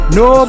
no